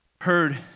heard